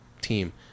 team